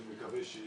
אני מקווה שבאמת